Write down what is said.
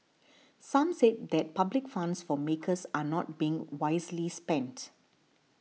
some said that public funds for makers are not being wisely spent